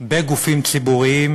בגופים ציבוריים,